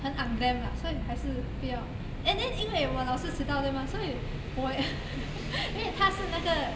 很 unglam lah 所以还是不要 and then 因为我老时迟到对吗所以我也 因为他是那个